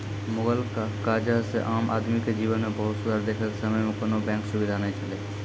मुगल काजह से आम आदमी के जिवन मे बहुत सुधार देखे के समय मे कोनो बेंक सुबिधा नै छैले